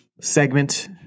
segment